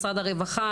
משרד העבודה